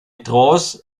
trance